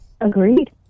Agreed